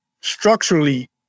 structurally